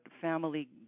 family